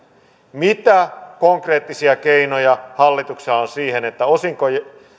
mitä konkreettisia keinoja hallituksella on siihen että